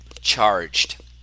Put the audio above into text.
charged